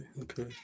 Okay